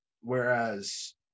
Whereas